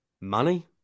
Money